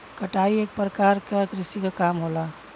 कटाई एक परकार क कृषि क काम होला